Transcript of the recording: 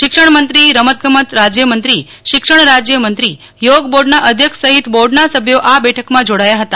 શિક્ષણમંત્રી રમત ગમત રાજ્યમંત્રી શિક્ષણ રાજ્યમંત્રી યોગ બોર્ડના અધ્યક્ષ સહિત બોર્ડના સભ્યો આ બેઠકમાં જોડાયા હતા